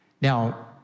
Now